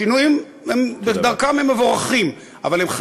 שינויים בדרכם הם מבורכים, תודה